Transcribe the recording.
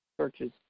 churches